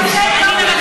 זה משפט אחרון.